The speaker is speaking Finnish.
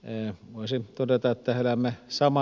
en voisi todeta että elämme sama